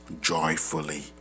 joyfully